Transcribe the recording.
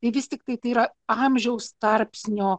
tai vis tiktai tai yra amžiaus tarpsnio